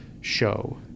show